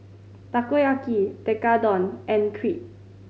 Takoyaki Tekkadon and Crepe